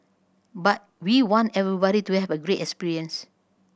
but we want everybody to have a great experience